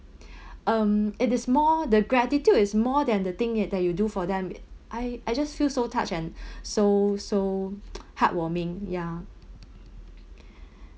um it is more the gratitude is more than the thing that that you do for them it I I just feel so touched and so so heartwarming ya